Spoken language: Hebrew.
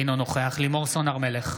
אינו נוכח לימור סון הר מלך,